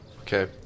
Okay